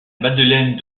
madeleine